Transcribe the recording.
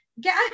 get